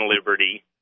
liberty